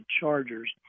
Chargers